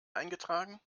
eingetragen